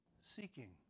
seeking